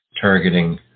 targeting